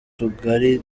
tugari